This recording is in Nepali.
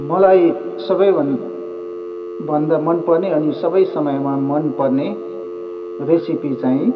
मलाई सबै भन् भन्दा मन पर्ने अनि सबै समयमा मन पर्ने रेसिपि चाहिँ